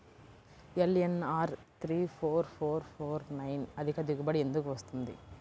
LNR three four four four nine అధిక దిగుబడి ఎందుకు వస్తుంది?